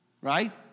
right